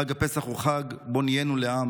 חג הפסח הוא חג שבו נהיינו לעם.